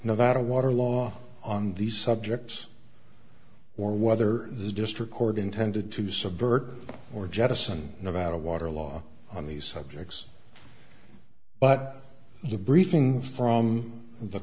nevada water law on these subjects or whether this district court intended to subvert or jettison nevada water law on these subjects but the briefing from the